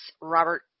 Robert